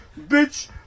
bitch